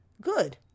Good